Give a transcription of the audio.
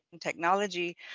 technology